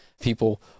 People